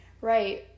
right